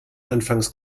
anfangs